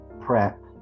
PrEP